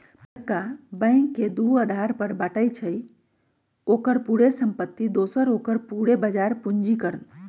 बरका बैंक के दू अधार पर बाटइ छइ, ओकर पूरे संपत्ति दोसर ओकर पूरे बजार पूंजीकरण